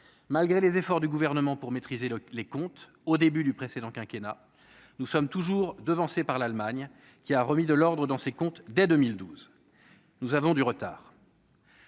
malgré les efforts du gouvernement pour maîtriser le les comptes au début du précédent quinquennat nous sommes toujours devancée par l'Allemagne qui a remis de l'ordre dans ses comptes dès 2012, nous avons du retard.